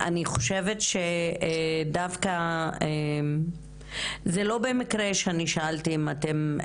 אני חושבת שדווקא זה לא במקרה שאני שאלתי אם אתם